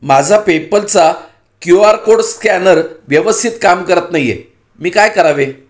माझा पेपलचा Q R code scanner व्यवस्थित काम करत नाही आहे मी काय करावे